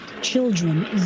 children